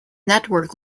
network